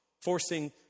forcing